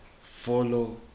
follow